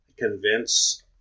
convince